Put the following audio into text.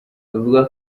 avuga